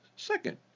Second